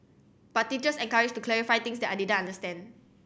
but teachers encouraged to clarify things that I didn't understand